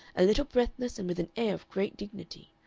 a little breathless and with an air of great dignity,